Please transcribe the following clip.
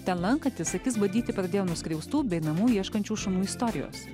ten lankantis akis badyti pradėjo nuskriaustų bei namų ieškančių šunų istorijos